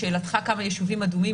לשאלתך: יש שלושה ישובים אדומים,